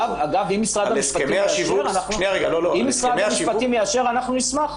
אם משרד המשפטים יאשר, אנחנו נשמח.